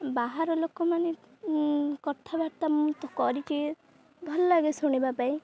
ବାହାର ଲୋକମାନେ କଥାବାର୍ତ୍ତା ମୁଁ ତ କରିକି ଭଲ ଲାଗେ ଶୁଣିବା ପାଇଁ